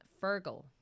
fergal